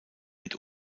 mit